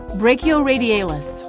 brachioradialis